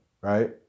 right